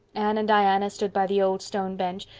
anne and diana stood by the old stone bench,